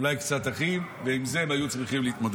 אולי קצת אחים, ועם זה הם היו צריכים להתמודד.